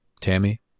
Tammy